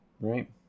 right